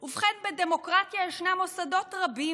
ובכן, בדמוקרטיה ישנם מוסדות רבים